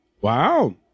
Wow